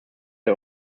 der